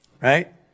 right